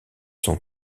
sont